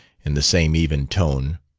in the same even tone,